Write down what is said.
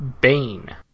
Bane